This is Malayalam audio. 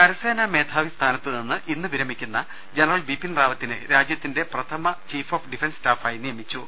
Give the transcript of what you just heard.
കരസേനാ മേധാവി സ്ഥാനത്തുനിന്ന് ഇന്ന് വിരമിക്കുന്ന ജനറൽ ബിപിൻ റാവത്തിനെ രാജ്യത്തിന്റെ പ്രഥമ ചീഫ് ഓഫ് ഡിഫൻസ് സ്റ്റാഫായി നിയ മിച്ചു